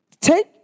Take